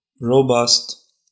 robust